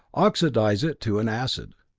oxidize it to an acid,